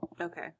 Okay